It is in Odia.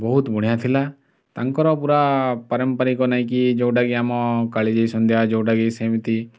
ବହୁତ ବଢ଼ିଆ ଥିଲା ତାଙ୍କର ପୁରା ପାରମ୍ପରିକ ନେଇକି ଯେଉଁଟାକି ଆମ କାଳିଜାଇ ସନ୍ଧ୍ୟା ଯେଉଁଟାକି ସେମତି